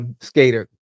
skater